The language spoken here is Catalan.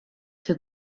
que